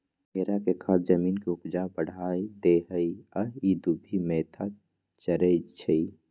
भेड़ा के खाद जमीन के ऊपजा बढ़ा देहइ आ इ दुभि मोथा चरै छइ